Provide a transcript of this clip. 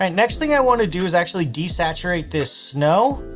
and next thing i want to do is actually desaturate this snow.